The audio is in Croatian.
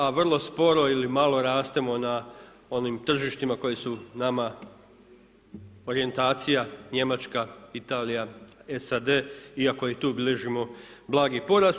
A vrlo sporo ili malo rastemo na onim tržištima koji su nama orijentacija Njemačka, Italija, SAD iako i tu bilježimo blagi porast.